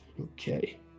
Okay